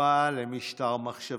לצערי הם מאחרים,